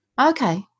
Okay